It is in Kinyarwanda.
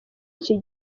iki